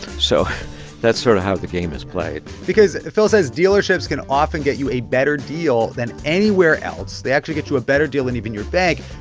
so that's sort of how the game is played because phil says dealerships can often get you a better deal than anywhere else. they actually get you a better deal than even your bank.